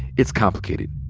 it's complicated.